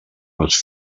les